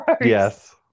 Yes